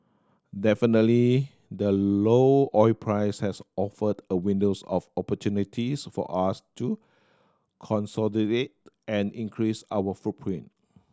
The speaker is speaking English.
definitely the low oil price has offered a windows of opportunities for us to consolidate and increase our footprint